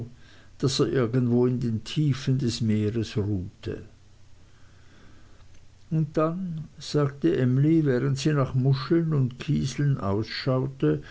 er irgendwo in den tiefen des meeres ruhte und dann sagte emly während sie nach muscheln und kieseln ausschaute